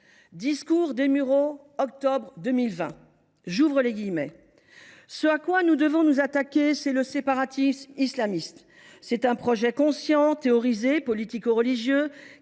discours des Mureaux en octobre 2020, avait déclaré :« Ce à quoi nous devons nous attaquer, c’est le séparatisme islamiste. C’est un projet conscient, théorisé, politico religieux,